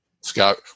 Scott